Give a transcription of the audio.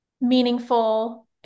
meaningful